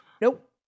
Nope